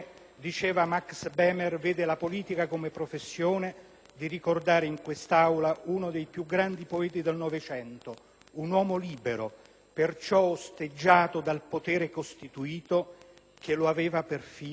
di ricordare in quest'Aula uno dei più grandi poeti del Novecento, un uomo libero e perciò osteggiato dal potere costituito che lo aveva persino schedato come sovversivo. *(Applausi